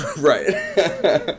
Right